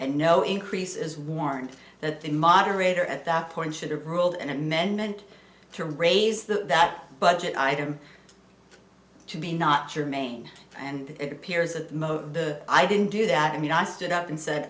and no increase is warned that the moderator at that point should have ruled an amendment to raise the that budget item to be not germane and it appears that most of the i didn't do that i mean i stood up and said